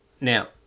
now